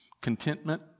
Contentment